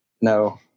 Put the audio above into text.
no